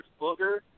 Booger